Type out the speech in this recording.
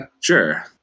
sure